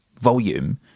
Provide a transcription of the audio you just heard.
volume